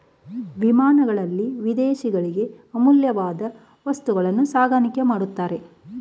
ವಿಮಾನಗಳಲ್ಲಿ ವಿದೇಶಗಳಿಗೆ ಅಮೂಲ್ಯವಾದ ವಸ್ತುಗಳನ್ನು ಸಾಗಾಣಿಕೆ ಮಾಡುತ್ತಾರೆ